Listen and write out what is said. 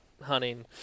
hunting